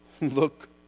look